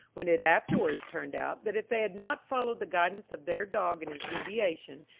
when it afterwards turned out, that if they had not followed the guidance of their dog in his deviation,